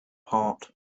part